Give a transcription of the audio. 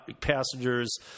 passengers